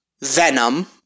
Venom